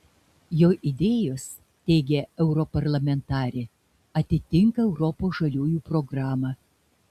jo idėjos teigia europarlamentarė atitinka europos žaliųjų programą